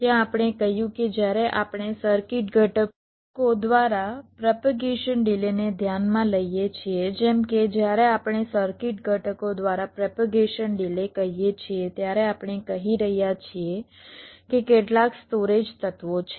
ત્યાં આપણે કહ્યું કે જ્યારે આપણે સર્કિટ ઘટકો દ્વારા પ્રોપેગેશન ડિલેને ધ્યાનમાં લઈએ છીએ જેમ કે જ્યારે આપણે સર્કિટ ઘટકો દ્વારા પ્રોપેગેશન ડિલે કહીએ છીએ ત્યારે આપણે કહી રહ્યા છીએ કે કેટલાક સ્ટોરેજ તત્વો છે